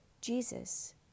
Jesus